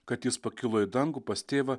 kad jis pakilo į dangų pas tėvą